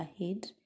ahead